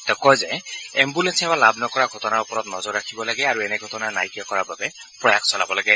তেওঁ কয় যে এঘুলেঞ্চ সেৱা লাভ নকৰা ঘটনাৰ ওপৰত নজৰ ৰাখিব লাগে আৰু এনে ঘটনা নাইকিয়া কৰাৰ বাবে প্ৰয়াস চলাব লাগে